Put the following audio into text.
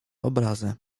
obrazy